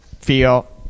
feel